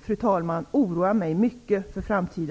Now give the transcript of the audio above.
Fru talman! Det väcker i hög grad min oro för framtiden.